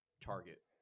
target